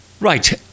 Right